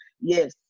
yes